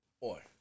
Boy